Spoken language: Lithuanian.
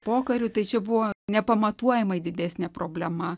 pokariu tai čia buvo nepamatuojamai didesnė problema